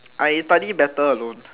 I study better alone